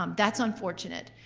um that's unfortunate.